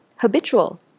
Habitual